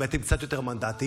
אם הייתם קצת יותר מנדטים,